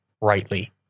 rightly